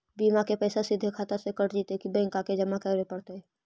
बिमा के पैसा सिधे खाता से कट जितै कि बैंक आके जमा करे पड़तै?